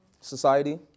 Society